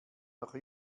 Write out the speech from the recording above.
noch